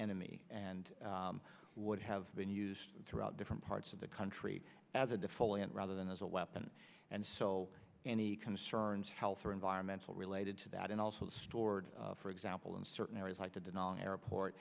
enemy and would have been used throughout different parts of the country as a default and rather than as a weapon and so any concerns health or environmental related to that and also stored for example in certain areas like the denali airport